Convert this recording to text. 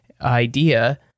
idea